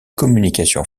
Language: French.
communications